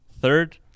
Third